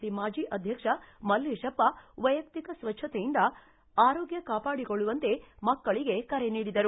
C ಮಾಜಿ ಅಧ್ಯಕ್ಷ ಮಲ್ಲೇಶಪ್ಪ ವೈಯಕ್ತಿಕ ಸ್ತಜ್ಞತೆಯಿಂದ ಆರೋಗ್ಗ ಕಾಪಾಡಿಕೊಳ್ಳುವಂತೆ ಮಕ್ಕಳಿಗೆ ಕರೆ ನೀಡಿದರು